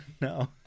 No